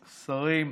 שרים,